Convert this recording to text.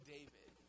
David